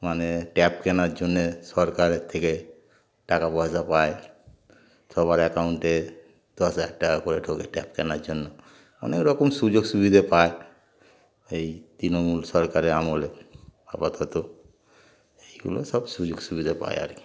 মানে ট্যাব কেনার জন্যে সরকারের থেকে টাকা পয়সা পায় সবার অ্যাকাউন্টে দশ হাজার টাকা করে ঢোকে ট্যাব কেনার জন্য অনেক রকম সুযোগ সুবিধে পায় এই তৃণমূল সরকারের আমলে আপাতত এইগুলো সব সুযোগ সুবিধা পায় আর কি